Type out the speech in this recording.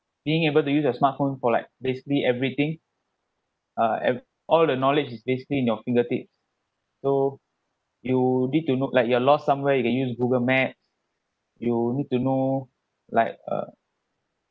being able to use a smartphone for like basically everything uh have all the knowledge is basically in your fingertips so you need to look like you're lost somewhere you can use google maps you need to know like uh